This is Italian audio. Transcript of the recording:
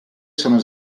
sono